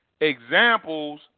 Examples